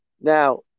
Now